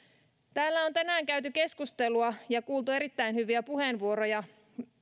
täällä on tänään käyty keskustelua ja kuultu erittäin hyviä puheenvuoroja